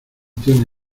tiene